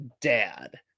dad